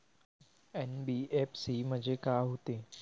NBFC म्हणजे का होते?